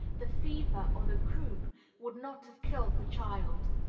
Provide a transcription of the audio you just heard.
the fever or the croup would not have killed the child.